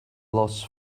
los